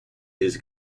his